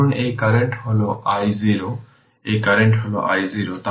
ধরুন এই কারেন্ট হল i0 এই কারেন্ট হল i0